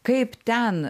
kaip ten